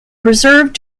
preserved